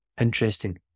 interesting